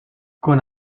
con